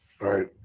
right